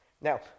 Now